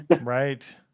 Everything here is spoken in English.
Right